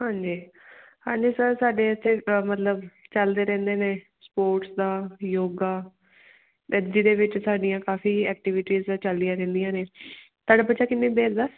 ਹਾਂਜੀ ਹਾਂਜੀ ਸਰ ਸਾਡੇ ਇਥੇ ਅ ਮਤਲਬ ਚੱਲਦੇ ਰਹਿੰਦੇ ਨੇ ਸਪੋਰਟਸ ਦਾ ਯੋਗਾ ਏ ਜਿਹਦੇ ਵਿੱਚ ਸਾਡੀਆਂ ਕਾਫੀ ਐਕਟੀਵਿਟੀਜ਼ ਚੱਲਦੀਆਂ ਰਹਿੰਦੀਆਂ ਨੇ ਤੁਹਾਡਾ ਬੱਚਾ ਕਿੰਨੀ ਦੇਰ ਦਾ